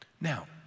Now